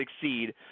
succeed